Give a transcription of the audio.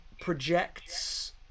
projects